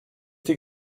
die